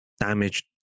damage